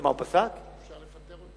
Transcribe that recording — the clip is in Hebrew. שאפשר לפטר אותה?